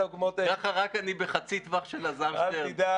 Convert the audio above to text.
ככה אני רק בחצי טווח של אלעזר שטרן.